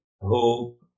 hope